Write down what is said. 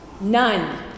None